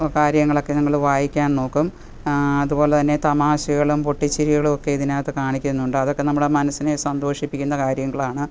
കാര്യങ്ങളൊക്കെ ഞങ്ങൾ വായിക്കാൻ നോക്കും അതുപോലെത്തന്നെ തമാശകളും പൊട്ടിച്ചിരികളുമൊക്കെ ഇതിനകത്ത് കാണിക്കുന്നുണ്ട് അതൊക്കെ നമ്മുടെ മനസ്സിനെ സന്തോഷിപ്പിക്കുന്ന കാര്യങ്ങളാണ്